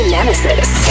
Nemesis